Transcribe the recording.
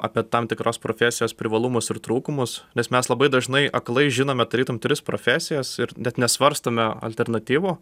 apie tam tikros profesijos privalumus ir trūkumus nes mes labai dažnai aklai žinome tarytum tris profesijas ir net nesvarstome alternatyvų